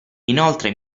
inoltre